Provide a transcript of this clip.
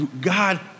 God